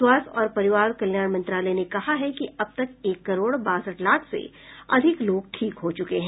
स्वास्थ्य और परिवार कल्याण मंत्रालय ने कहा है कि अब तक एक करोड़ बासठ लाख से अधिक लोग ठीक हो चुके हैं